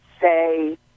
say